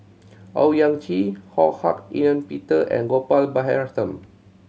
Owyang Chi Ho Hak Ean Peter and Gopal Baratham